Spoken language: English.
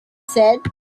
said